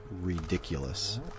ridiculous